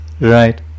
right